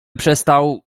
przestał